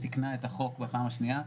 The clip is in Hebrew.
שתיקנה את החוק בפעם השנייה,